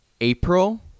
April